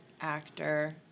actor